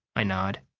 i nod.